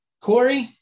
Corey